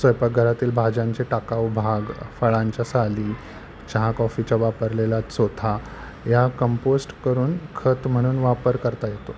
स्वयंपाकघरातील भाज्यांचे टाकाऊ भाग फळांच्या साली चहा कॉफीचा वापरलेला चोथा ह्या कंपोस्ट करून खत म्हणून वापर करता येतो